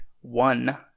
one